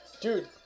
Dude